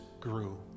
grew